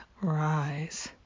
rise